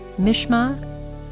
Mishma